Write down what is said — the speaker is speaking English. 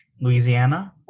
Louisiana